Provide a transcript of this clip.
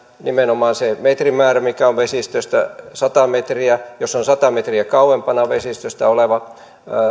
nimenomaan se metrimäärä mikä on vesistöstä sata metriä jos on sataa metriä kauempana vesistöstä oleva